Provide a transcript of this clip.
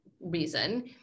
reason